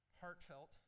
heartfelt